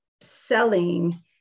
selling